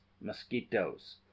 mosquitoes